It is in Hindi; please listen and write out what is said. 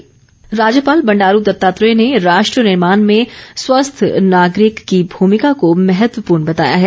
राज्यपाल राज्यपाल बंडारू दत्तात्रेय ने राष्ट्र निर्माण में स्वस्थ नागरिक की भूमिका को महत्वपूर्ण बताया है